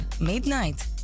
midnight